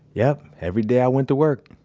yup, every day i went to work.